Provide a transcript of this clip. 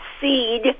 seed